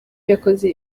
yakoze